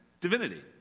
divinity